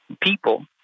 people